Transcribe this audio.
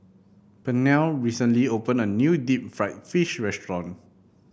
Pernell recently opened a new Deep Fried Fish restaurant